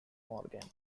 morgan